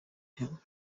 him